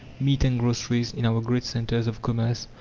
meat and groceries, in our great centres of commerce.